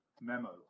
memo